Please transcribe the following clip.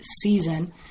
season